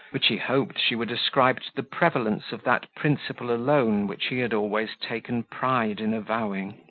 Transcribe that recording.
which he hoped she would ascribe to the prevalence of that principle alone, which he had always taken pride in avowing.